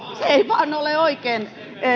ei vain ole oikein